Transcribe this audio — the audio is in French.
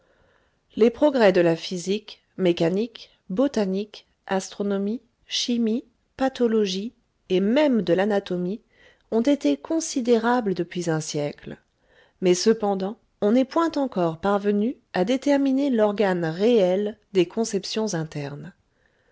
les progrès de la physique mécanique botanique astronomie chimie pathologie et même de l'anatomie ont été considérables depuis un siècle mais cependant on n'est point encore parvenu à déterminer l'organe réel des conceptions internes